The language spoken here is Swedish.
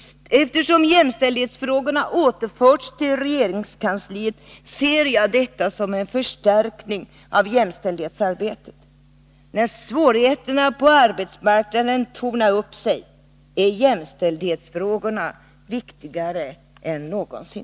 Att jämställdhetsfrågorna har återförts till regeringskansliet ser jag såsom en förstärkning av jämställdhetsarbetet. När svårigheterna på arbetsmarknaden tornar upp sig, är jämställdhetsfrågorna viktigare än någonsin.